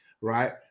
right